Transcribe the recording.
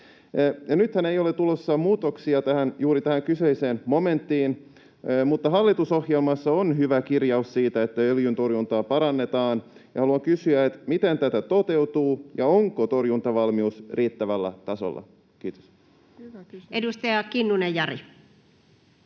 Nythän ei ole tulossa muutoksia juuri tähän kyseiseen momenttiin, mutta hallitusohjelmassa on hyvä kirjaus siitä, että öljyntorjuntaa parannetaan. Haluan kysyä: Miten tämä toteutuu? Onko torjuntavalmius riittävällä tasolla? — Kiitos. Edustaja Kinnunen, Jari.